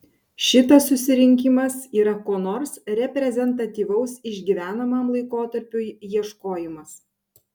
šitas susirinkimas yra ko nors reprezentatyvaus išgyvenamam laikotarpiui ieškojimas